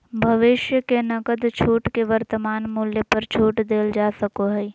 भविष्य के नकद छूट के वर्तमान मूल्य पर छूट देल जा सको हइ